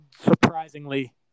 surprisingly